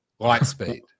Lightspeed